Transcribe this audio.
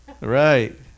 Right